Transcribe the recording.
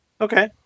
Okay